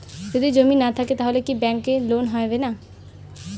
যদি জমি না থাকে তাহলে কি ব্যাংক লোন হবে না?